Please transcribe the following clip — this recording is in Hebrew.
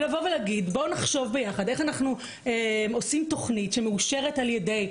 ולבוא ולהגיד: בואו נחשוב ביחד איך אנחנו עושים תוכנית שמאושרת על ידי,